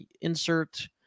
insert